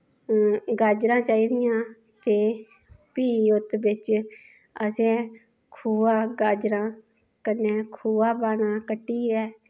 गाजरां चाहिदियां ते फ्ही ओत्त बिच्च असैं खोआ गाजरां कन्नै खोआ पाना कट्टि'यै